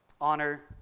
honor